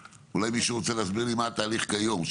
מישהו רוצה להסביר לי מה התהליך כיום?